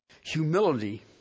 Humility